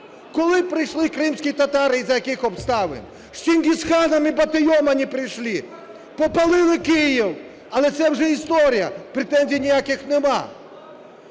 Коли прийшли кримські татари і за яких обставин? З Чингізханом і Батиєм они пришли, попалили Київ. Але це вже історія, претензій ніяких нема.